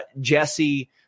Jesse